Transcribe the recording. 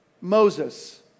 Moses